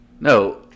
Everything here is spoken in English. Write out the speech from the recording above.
No